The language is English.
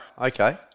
Okay